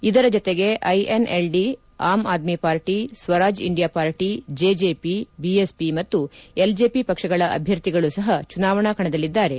ಇದರ ಜತೆಗೆ INLD Aam Aadmi party Swaraj India party JJP BSP ಮತ್ತು ಎಲ್ಜೆಪಿ ಪಕ್ಷಗಳ ಅಭ್ವರ್ಥಿಗಳು ಸಹ ಚುನಾವಣೆ ಕಣದಲ್ಲಿದ್ದಾರೆ